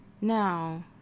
Now